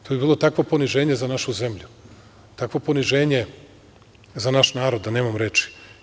To bi bilo takvo poniženje za našu zemlju, takvo poniženje za naš narod da nemam reči.